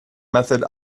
method